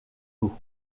eau